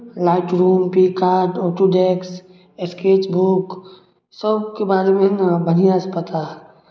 light room pic app Autodesk Sketchbook सभके बारेमे ने बढ़िआँसँ पता हइ